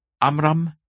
Amram